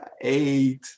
eight